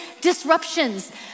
disruptions